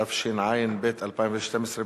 התשע"ב 2012,